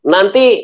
Nanti